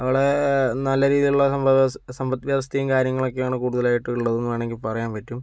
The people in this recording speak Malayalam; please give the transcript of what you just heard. അവിടെ നല്ല രീതിയിലുള്ള സംഭവ സമ്പത്ത് വ്യവസ്ഥയും കാര്യങ്ങളൊക്കെ ആണ് കൂടുതൽ ആയിട്ടും ഉള്ളതെന്ന് വേണമെങ്കിൽ പറയാൻ പറ്റും